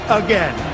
again